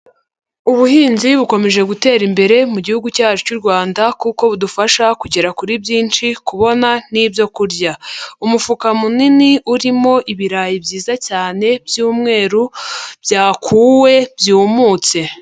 Ubuhinzi bukomeje gutera imbere mu gihugu cyacu cy'u Rwanda kuko budufasha kugera kuri byinshi, kubona n'ibyo kurya. Umufuka munini, urimo ibirayi byiza cyane by'umweru, byakuwe, byumutse.